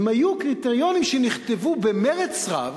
הם היו קריטריונים שנכתבו במרץ רב